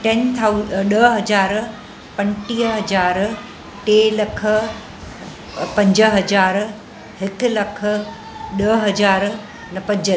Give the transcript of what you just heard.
ten थाउ ॾह हज़ार पंजटीह हज़ार टे लख पंज हज़ार हिकु लखु ॾह हज़ार न पंज